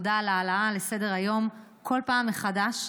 תודה על ההעלאה לסדר-היום כל פעם מחדש.